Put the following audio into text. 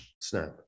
snap